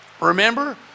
Remember